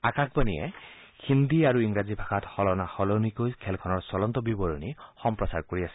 আকাশবাণীয়ে হিন্দী আৰু ইংৰাজী ভাষাত সলনা সলনিকৈ খেলখনৰ চলন্ত বিৱৰণী সম্প্ৰচাৰ কৰি আছে